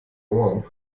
ohren